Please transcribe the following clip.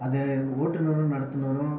அதை ஓட்டுனரும் நடத்துனரும்